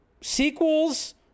sequels